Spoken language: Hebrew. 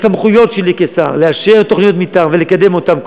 בסמכויות שלי כשר לאשר תוכניות מתאר ולקדם אותן,